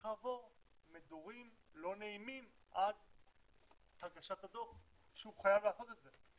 לעבור מדורים לא נעימים עד הגשת הדוח שהוא חייב לעשות את זה.